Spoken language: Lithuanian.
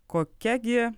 kokia gi